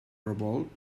revolt